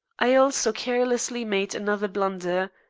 i also carelessly made another blunder.